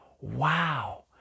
wow